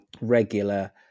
regular